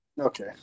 Okay